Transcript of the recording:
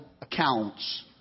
accounts